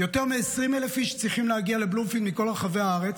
ויותר מ-20,000 צריכים להגיע לבלומפילד מכל רחבי הארץ.